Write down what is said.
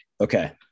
Okay